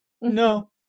No